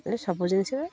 ସବୁ ଜିନିଷ